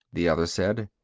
the other said.